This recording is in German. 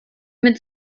mit